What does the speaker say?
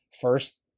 first